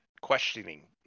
questioning